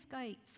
gates